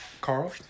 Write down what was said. Carl